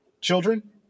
children